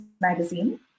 magazine